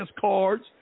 cards